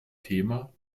thema